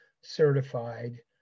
certified